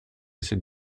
cette